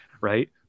right